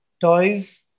toys